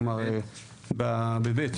כלומר ב-(ב),